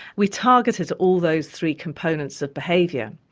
we targeted all those three components of behaviour.